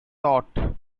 thought